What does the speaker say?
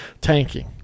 tanking